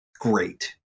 great